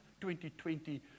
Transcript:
2020